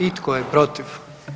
I tko je protiv?